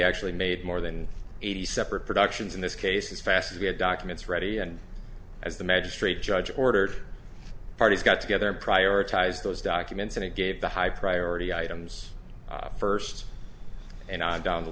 actually made more than eighty separate productions in this case as fast as he had documents ready and as the magistrate judge ordered parties got together prioritized those documents and gave the high priority items first and on down the